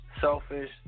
selfish